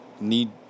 need